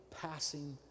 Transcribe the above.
passing